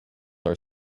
are